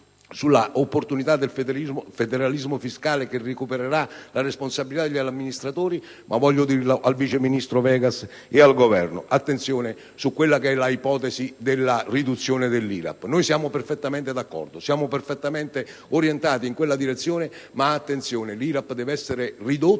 sull'opportunità del federalismo fiscale, che recupererà la responsabilità degli amministratori. Voglio dirlo al vice ministro Vegas e al Governo: attenzione all'ipotesi di riduzione dell'IRAP. Noi siamo perfettamente d'accordo e siamo perfettamente orientati in quella direzione. Ma attenzione: l'IRAP deve essere ridotta